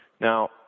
Now